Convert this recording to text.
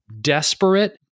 desperate